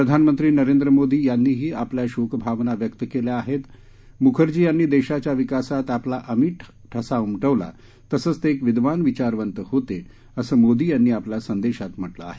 प्रधानमंत्री नरेंद्र मोदी यांनीही आपल्या शोक भावना व्यक्त केल्या आहेत मुखर्जी यांनी देशाच्या विकासात आपला अमिट ठसा उमटवला तसंच ते एक विद्वान विचारवंत होते असं मोदी यांनी आपल्या संदेशात म्हटलं आहे